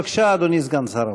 בבקשה, אדוני סגן שר האוצר.